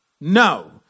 no